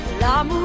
l'amour